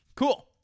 Cool